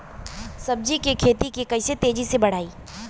सब्जी के खेती के कइसे तेजी से बढ़ाई?